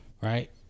Right